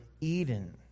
Eden